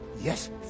Yes